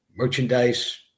merchandise